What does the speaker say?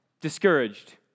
discouraged